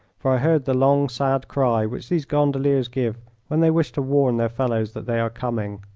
for i heard the long, sad cry which these gondoliers give when they wish to warn their fellows that they are coming.